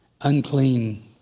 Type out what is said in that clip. Unclean